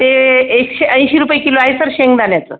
ते एकशेऐंशी रुपये किलो आहे सर शेंगदाण्याचं